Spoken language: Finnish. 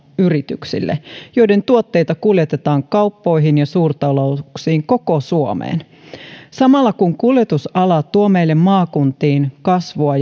yrityksille joiden tuotteita kuljetetaan kauppoihin ja suurtalouksiin koko suomeen samalla kun kuljetusala tuo meille maakuntiin kasvua